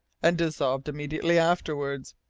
and dissolved immediately afterwards.